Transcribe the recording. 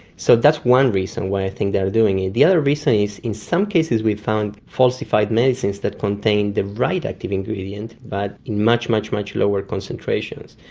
so that's one reason why i think they are doing it. the other reason is in some cases we found falsified medicines that contained the right active ingredient but in much, much lower concentrations.